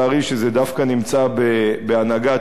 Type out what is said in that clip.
שזה דווקא נמצא בהנהגת ש"ס.